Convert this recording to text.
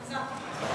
חזרתי.